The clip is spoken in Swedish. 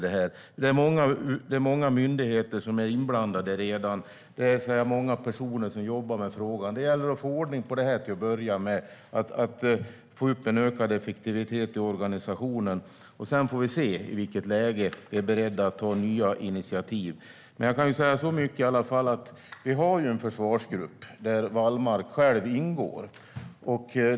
Det är många myndigheter som är inblandade redan, och det är många personer som jobbar med frågan. Det gäller att få ordning på detta till att börja med, att få upp en ökad effektivitet i organisationen. Sedan får vi se i vilket läge vi är beredda att ta nya initiativ. Jag kan i alla fall säga så mycket som att vi har en försvarsgrupp där Wallmark själv ingår.